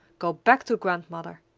go back to grandmother.